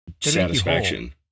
satisfaction